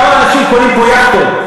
כמה אנשים קונים פה יאכטות?